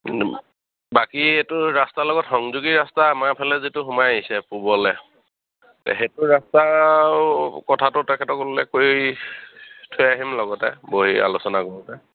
বাকী এইটো ৰাস্তাৰ লগত সংযোগী ৰাস্তা আমাৰ ফালে যিটো সোমাই আহিছে পূবলে সেইটো ৰাস্তাও কথাটো তেখেতসকলে কৰি থৈ আহিম লগতে বহি আলোচনা কৰোঁতে